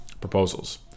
proposals